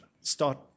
start